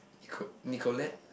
Nico Nicolas